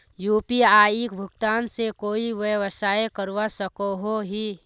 UPI भुगतान से कोई व्यवसाय करवा सकोहो ही?